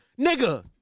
Nigga